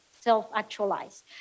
self-actualized